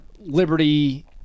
Liberty